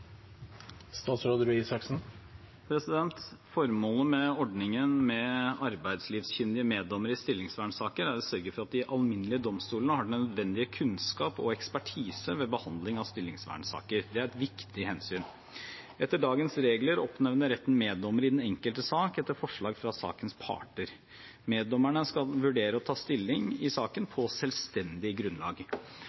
å sørge for at de alminnelige domstolene har den nødvendige kunnskap og ekspertise ved behandling av stillingsvernsaker. Det er et viktig hensyn. Etter dagens regler oppnevner retten meddommere i den enkelte sak etter forslag fra sakens parter. Meddommerne skal vurdere og ta stilling i saken